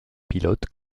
pilote